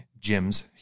gyms